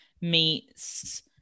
meets